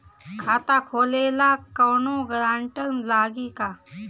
खाता खोले ला कौनो ग्रांटर लागी का?